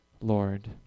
Lord